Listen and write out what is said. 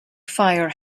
fire